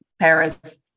Paris